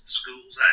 schools